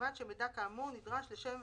ובלבד שמידע כאמור נדרש לשם